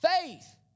Faith